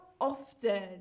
often